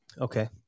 Okay